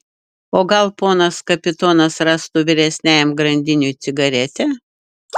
o gal ponas kapitonas rastų vyresniajam grandiniui cigaretę